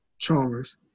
Chalmers